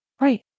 Right